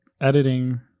editing